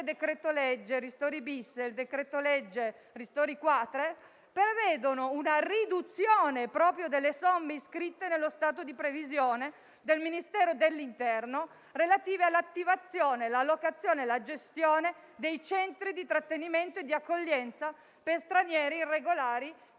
decreto-legge ristori *bis* e il decreto-legge ristori *quater* prevedono una riduzione proprio delle somme iscritte nello stato di previsione del Ministero dell'interno relative all'attivazione, la locazione e la gestione dei centri di trattenimento e di accoglienza per stranieri irregolari di